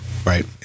right